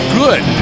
good